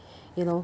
you know